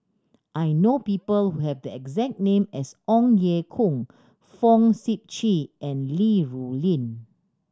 I know people who have the exact name as Ong Ye Kung Fong Sip Chee and Li Rulin